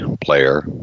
player